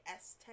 S10